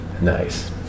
Nice